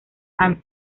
han